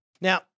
Now